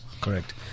Correct